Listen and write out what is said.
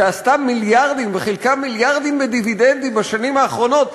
שעשתה מיליארדים וחילקה מיליארדים בדיבידנדים בשנים האחרונות,